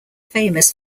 famous